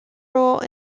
role